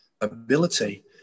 ability